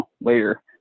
later